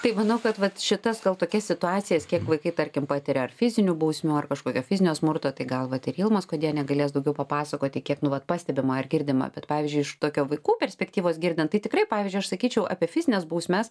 tai manau kad vat šitas gal tokias situacija kiek vaikai tarkim patiria ar fizinių bausmių ar kažkokio fizinio smurto tai gal vat ir ilma skuodienė galės daugiau papasakoti kiek nu vat pastebima ar girdima bet pavyzdžiui iš tokio vaikų perspektyvos girdint tai tikrai pavyzdžiui aš sakyčiau apie fizines bausmes